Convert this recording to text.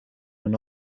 een